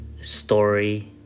Story